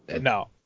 No